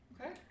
okay